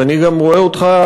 ואני גם רואה אותך,